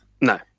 No